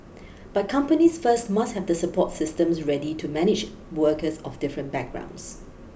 but companies first must have the support systems ready to manage workers of different backgrounds